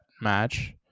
match